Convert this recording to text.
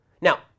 Now